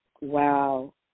Wow